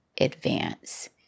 advance